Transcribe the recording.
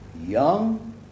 young